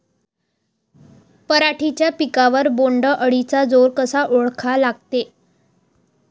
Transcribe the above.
पराटीच्या पिकावर बोण्ड अळीचा जोर कसा ओळखा लागते?